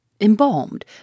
embalmed